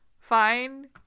fine